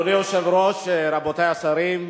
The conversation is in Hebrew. אדוני היושב-ראש, רבותי השרים,